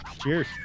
Cheers